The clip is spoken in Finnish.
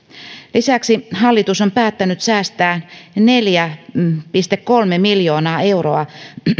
lisäksi hallitus on päättänyt säästää neljä pilkku kolme miljoonaa euroa